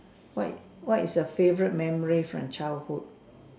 what what is your favourite memory from childhood